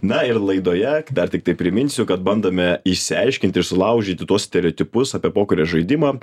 na ir laidoje dar tiktai priminsiu kad bandome išsiaiškinti ir sulaužyti tuos stereotipus apie pokerio žaidimą